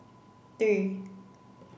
three